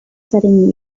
setting